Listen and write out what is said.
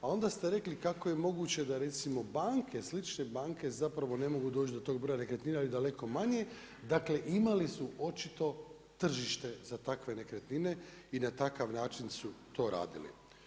A onda ste rekli kako je moguće, da recimo, banke, slične banke, zapravo ne mogu doći do tog broja nekretnina je daleko manje, dakle imali su očito tržište za takve nekretnine i na takav način su to radili.